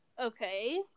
Okay